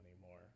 anymore